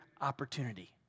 opportunity